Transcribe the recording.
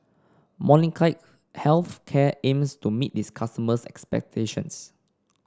Molnylcke Health Care aims to meet its customers' expectations